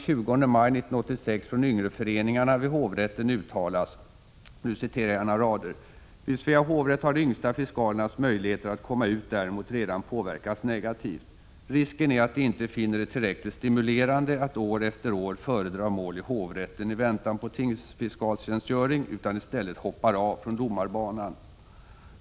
”Vid Svea hovrätt har de yngsta fiskalernas möjlighet att komma ut däremot redan påverkats negativt. Risken är att de inte finner det tillräckligt stimulerande att år efter år föredra mål i hovrätten i väntan på tingsfiskalstjänstgöring utan istället hoppar av från domarbanan.